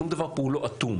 שום דבר פה הוא לא אטום,